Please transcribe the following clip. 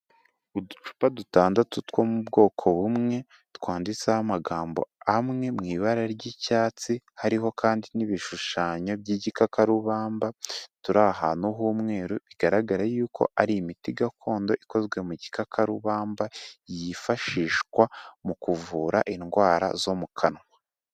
Uducupa dutandatu two mu bwoko bumwe, twanditseho amagambo amwe mu ibara ry'icyatsi, hariho kandi n'ibishushanyo by'igikakarubamba, turi ahantu h'umweru, bigaragara yuko ari imiti gakondo ikozwe mu gikakarubamba yifashishwa mu kuvura indwara zo mu kanwa.